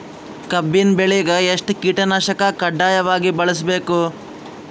ಕಬ್ಬಿನ್ ಬೆಳಿಗ ಎಷ್ಟ ಕೀಟನಾಶಕ ಕಡ್ಡಾಯವಾಗಿ ಬಳಸಬೇಕು?